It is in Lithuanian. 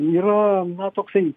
yra na toksai